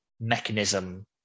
mechanism